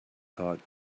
thought